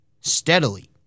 steadily